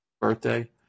birthday